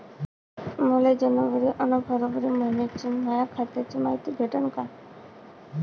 मले जनवरी अस फरवरी मइन्याची माया खात्याची मायती भेटन का?